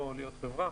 או להיות חברה.